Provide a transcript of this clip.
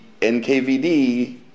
NKVD